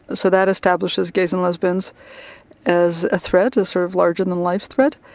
so that establishes gays and lesbians as a threat, a sort of larger-than-life threat.